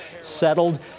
settled